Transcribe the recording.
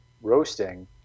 roasting